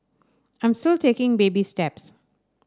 I'm still taking baby steps